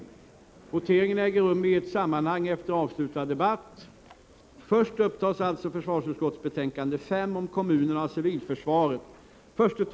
Voteringarna äger rum i ett sammanhang efter avslutad debatt. Först upptas alltså försvarsutskottets betänkande 5 om kommunerna och civilförsvaret.